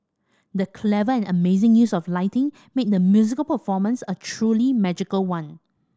the clever and amazing use of lighting made the musical performance a truly magical one